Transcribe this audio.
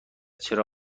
چرا